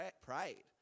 prayed